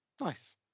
nice